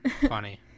Funny